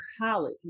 college